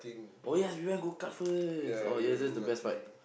oh yes we went go-kart oh yes that that's the best part